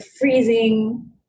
freezing